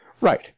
Right